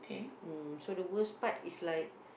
mm so the worst part is like